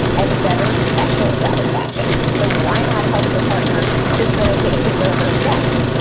and better sexual satisfaction. so why not help your partner facilitate his or her strengths?